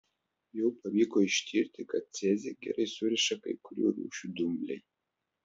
jau pavyko ištirti kad cezį gerai suriša kai kurių rūšių dumbliai